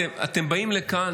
אתם באים לכאן,